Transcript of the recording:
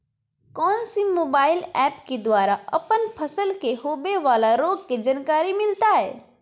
कौन सी mobile app के द्वारा अपन फसल के होबे बाला रोग के जानकारी मिलताय?